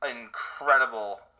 incredible